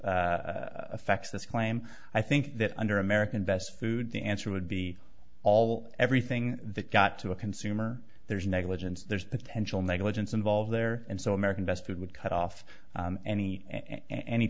affects this claim i think that under american best food the answer would be all everything that got to a consumer there's negligence there's potential negligence involved there and so american best food would cut off any an